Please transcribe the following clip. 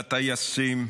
לטייסים: